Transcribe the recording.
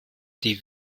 die